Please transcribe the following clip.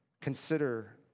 consider